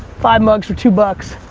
five mugs for two bucks,